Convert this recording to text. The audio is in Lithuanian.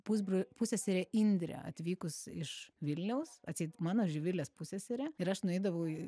pusbro pusseserė indrė atvykus iš vilniaus atseit mano živilės pusseserė ir aš nueidavau į